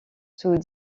sous